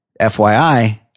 FYI